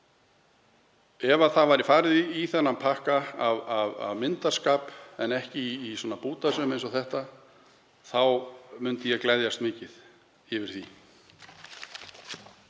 En ef það væri farið í þennan pakka af myndarskap en ekki í svona bútasaum eins og þetta er, myndi ég gleðjast mikið yfir því.